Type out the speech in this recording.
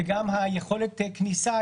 וגם יכולת הכניסה,